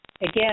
again